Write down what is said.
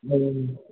வேறு எதுவும்